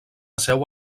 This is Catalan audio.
seu